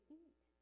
eat